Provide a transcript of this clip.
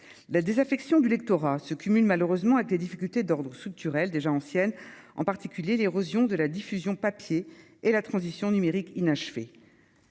la désaffection du lectorat ce cumul malheureusement à des difficultés d'ordre structurel déjà anciennes, en particulier l'érosion de la diffusion papier et la transition numérique inachevée,